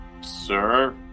sir